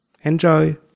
Enjoy